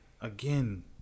Again